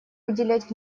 уделять